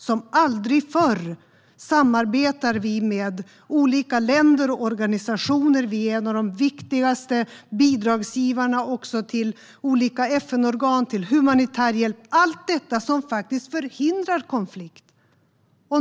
Som aldrig förr samarbetar vi med olika länder och organisationer. Vi är en av de viktigaste bidragsgivarna när det gäller olika FN-organ och humanitär hjälp, allt detta som faktiskt förhindrar konflikt.